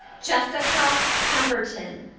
jessica pemberton.